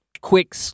quick